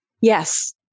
Yes